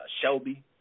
Shelby